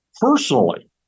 Personally